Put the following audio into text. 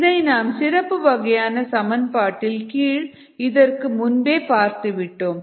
இதை நாம் சிறப்பு வகையான சமன்பாட்டின் கீழ் இதற்கு முன்பே பார்த்துவிட்டோம்